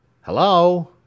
Hello